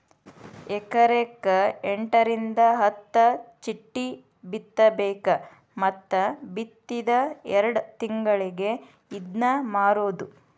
ಎಕರೆಕ ಎಂಟರಿಂದ ಹತ್ತ ಚಿಟ್ಟಿ ಬಿತ್ತಬೇಕ ಮತ್ತ ಬಿತ್ತಿದ ಎರ್ಡ್ ತಿಂಗಳಿಗೆ ಇದ್ನಾ ಮಾರುದು